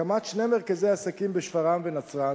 הקמת שני מרכזי עסקים בשפרעם ונצרת,